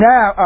Now